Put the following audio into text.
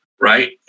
right